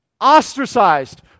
ostracized